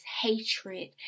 hatred